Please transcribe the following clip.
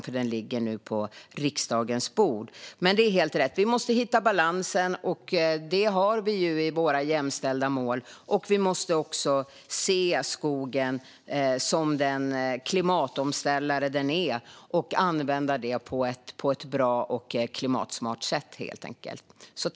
Den ligger nämligen nu på riksdagens bord. Men det är helt rätt: Vi måste hitta balansen, och det har vi gjort i våra jämställda mål. Vi måste också se skogen som den klimatomställare den är och använda den på ett bra och klimatsmart sätt.